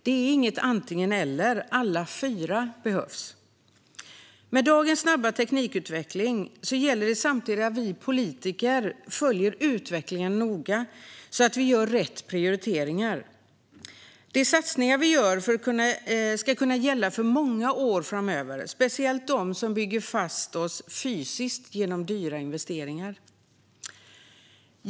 Det är inget antingen eller; alla fyra behövs. Med dagens snabba teknikutveckling gäller det samtidigt att vi politiker följer utvecklingen noga så att vi gör rätt prioriteringar. De satsningar vi gör ska kunna gälla för många år framöver, särskilt de som bygger fast oss fysiskt genom dyra investeringar.